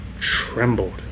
trembled